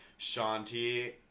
Shanti